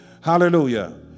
Hallelujah